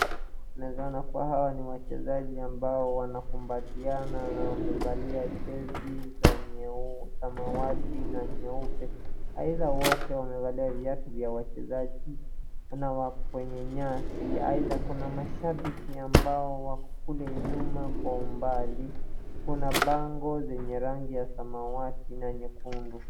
Mbele yangu ninaweza ona hawa ni wachezaji wamekumbatiana na wamevalia jezi za samawati na nyeupe, aidha wote wamevalia viatu vya wachezaji na wako kwenye nyasi, aidha kuna mashabiki ambao wako kule nyuma kwa umbali, kuna bango zenye rangi ya samawati na nyekundu.